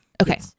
Okay